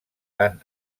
tant